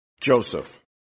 Joseph